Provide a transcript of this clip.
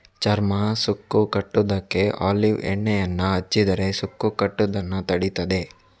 ಚರ್ಮ ಸುಕ್ಕು ಕಟ್ಟುದಕ್ಕೆ ಒಲೀವ್ ಎಣ್ಣೆಯನ್ನ ಹಚ್ಚಿದ್ರೆ ಸುಕ್ಕು ಕಟ್ಟುದನ್ನ ತಡೀತದೆ